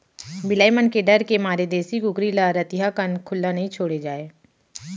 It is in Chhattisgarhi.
बिलाई मन के डर के मारे देसी कुकरी ल रतिहा कन खुल्ला नइ छोड़े जाए